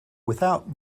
without